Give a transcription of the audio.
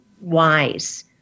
wise